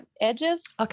edges